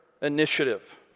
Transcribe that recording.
initiative